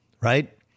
right